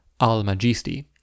Al-Majisti